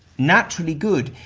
naturally good.